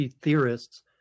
theorists